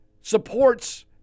supports